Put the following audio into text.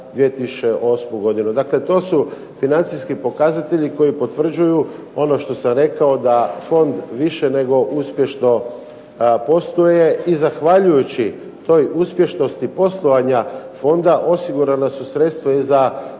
2008. godinu. Dakle, to su financijski pokazatelji koji potvrđuju ono što sam rekao da Fond više nego uspješno posluje i zahvaljujući toj uspješnosti poslovanja Fonda osigurana su sredstva i za